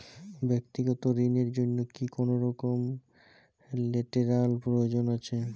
ব্যাক্তিগত ঋণ র জন্য কি কোনরকম লেটেরাল প্রয়োজন আছে?